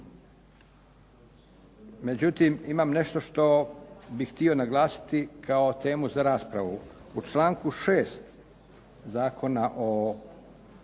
Međutim, imam nešto što bih htio naglasiti kao temu za raspravu. U članku 6. Zakona o